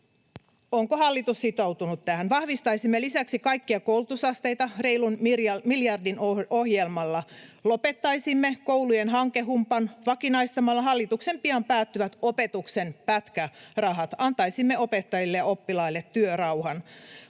Onko hallitus sitoutunut tähän? Vahvistaisimme lisäksi kaikkia koulutusasteita reilun miljardin ohjelmalla. Lopettaisimme koulujen hankehumpan vakinaistamalla hallituksen pian päättyvät opetuksen pätkärahat. Antaisimme opettajille ja oppilaille työrauhan.